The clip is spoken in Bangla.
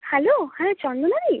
হ্যালো হ্যাঁ চন্দনা দি